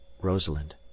Rosalind